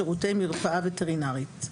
שירותי מרפאה וטרינרית,